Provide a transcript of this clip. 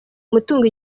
umutungo